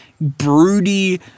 broody